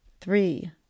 three